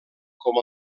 com